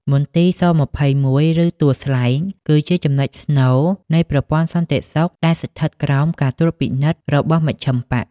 មន្ទីរស-២១ (ឬ ទួលស្លែង) គឺជាចំណុចស្នូលនៃប្រព័ន្ធសន្តិសុខដែលស្ថិតក្រោមការត្រួតពិនិត្យរបស់មជ្ឈិមបក្ស។